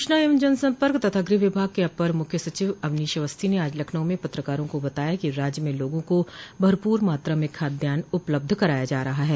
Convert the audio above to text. सूचना एवं जनसम्पर्क तथा गृह विभाग के अपर मुख्य सचिव अवनीश अवस्थी ने आज लखनऊ में पत्रकारों को बताया कि राज्य में लोगों को भरपूर मात्रा में खाद्यान उपलब्ध कराया जा रहा है